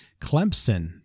Clemson